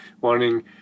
wanting